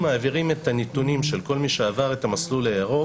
אנחנו מעבירים את הנתונים של כל מי שעבר את המסלול הירוק